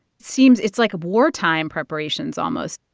seems it's like wartime preparations almost.